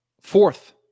fourth